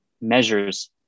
measures